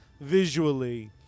visually